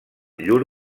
llur